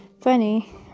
funny